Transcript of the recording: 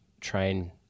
train